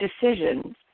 decisions